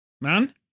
man